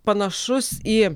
panašus į